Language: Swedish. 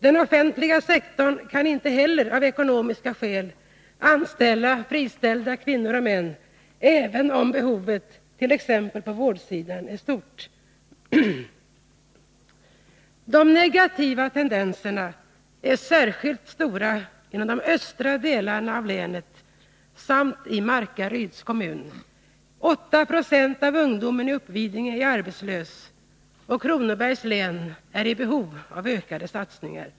Den offentliga sektorn kan inte heller, av ekonomiska skäl, anställa friställda kvinnor och män, även om behovet på t.ex. vårdsidan är stort. De negativa tendenserna är särskilt stora inom de östra delarna av länet samt i Markaryds kommun. Exempelvis är 8 70 av ungdomen i Uppvidinge arbetslösa. Kronobergs län är i behov av ökade satsningar.